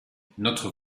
notre